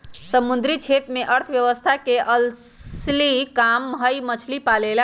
समुद्री क्षेत्र में अर्थव्यवस्था के असली काम हई मछली पालेला